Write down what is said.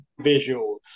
visuals